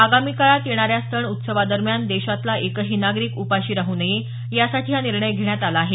आगामी काळात येणाऱ्या सण उत्सवादरम्यान देशातला एकही नागरिक उपाशी राहू नये यासाठी हा निर्णय घेण्यात आला आहे